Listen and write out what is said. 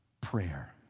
prayer